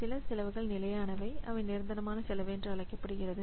சில செலவுகள் நிலையானவை அவை நிரந்தரமான செலவு என்று அழைக்கப்படுகிறது